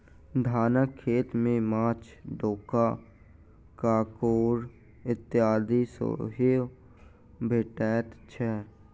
धानक खेत मे माँछ, डोका, काँकोड़ इत्यादि सेहो भेटैत छै